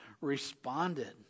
responded